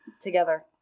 together